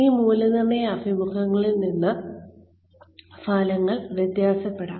ഈ മൂല്യനിർണ്ണയ അഭിമുഖങ്ങളിൽ നിന്ന് ഫലങ്ങൾ വ്യത്യാസപ്പെടാം